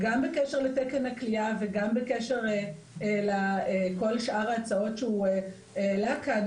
גם בקשר לתקן הכליאה וגם בקשר לכל שאר ההצעות שהוא העלה כאן.